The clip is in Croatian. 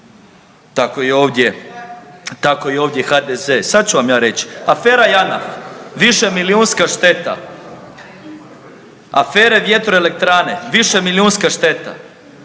tako i ovdje HDZ. Sad ću vam ja reć, afera Janaf, višemilijunska šteta, afere vjetroelektrane, višemilijunska šteta,